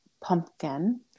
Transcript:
Pumpkin